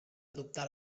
adoptar